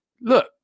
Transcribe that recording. Look